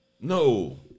no